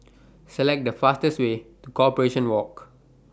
Select The fastest Way to Corporation Walk